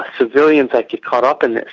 civilians that get caught up in this.